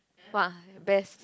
!wah! best